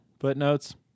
Footnotes